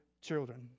children